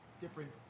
different